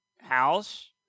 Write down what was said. house